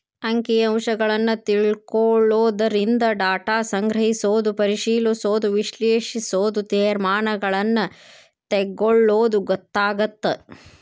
ಅಂಕಿ ಅಂಶಗಳನ್ನ ತಿಳ್ಕೊಳ್ಳೊದರಿಂದ ಡಾಟಾ ಸಂಗ್ರಹಿಸೋದು ಪರಿಶಿಲಿಸೋದ ವಿಶ್ಲೇಷಿಸೋದು ತೇರ್ಮಾನಗಳನ್ನ ತೆಗೊಳ್ಳೋದು ಗೊತ್ತಾಗತ್ತ